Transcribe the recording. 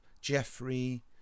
Jeffrey